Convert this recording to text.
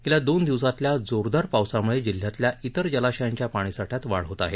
गेल्या दोन दिवसातल्या जोरदार पावसाम्ळे जिल्ह्यातल्या इतर जलाशयांच्या पाणीसाठ्यात वाढ होत आहे